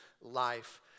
life